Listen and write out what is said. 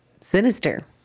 sinister